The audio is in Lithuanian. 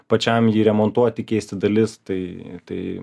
pačiam jį remontuoti keisti dalis tai